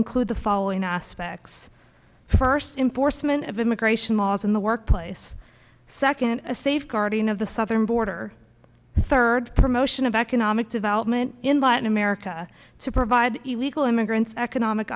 include the following aspects first in forstmann of immigration laws in the workplace second a safeguarding of the southern border third promotion of economic development in latin america to provide illegal immigrants economic